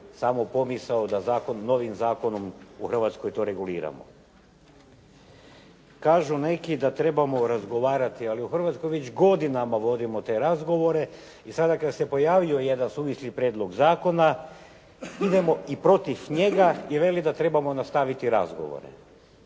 samu pomisao da zakon novim zakonom u Hrvatskoj to reguliramo. Kažu neki da trebamo razgovarati, ali u Hrvatskoj već godinama vodimo te razgovore i sada kad se pojavio jedan suvisli prijedlog zakona idemo i protiv njega i veli da trebamo nastaviti razgovore.